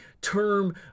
term